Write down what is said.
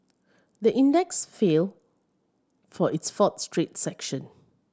the index fell for its fourth straight session